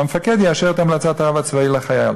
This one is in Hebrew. והמפקד יאשר את המלצת הרב הצבאי לחייל.